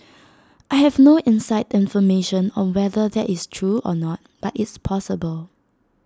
I have no inside information on whether that is true or not but it's possible